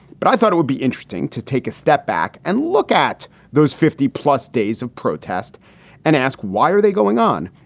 but i thought it would be interesting to take a step back and look at those fifty plus days of protest and ask, why are they going on?